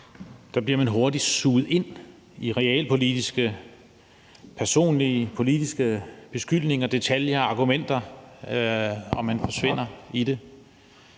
bliver man hurtigt suget ind i realpolitiske, personlige og politiske beskyldninger, detaljer og argumenter, og man forsvinder i det.